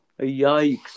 Yikes